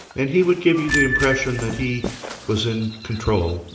and he would give you the impression that he was in control.